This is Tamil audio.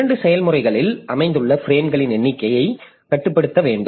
இரண்டு செயல்முறைகளில் அமைந்துள்ள பிரேம்களின் எண்ணிக்கையை கட்டுப்படுத்த வேண்டும்